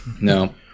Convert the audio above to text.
No